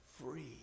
free